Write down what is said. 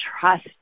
trust